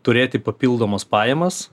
turėti papildomas pajamas